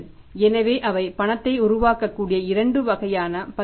எனவே அவை பணத்தை உருவாக்கக்கூடிய இரண்டு வகையான பத்திரங்கள்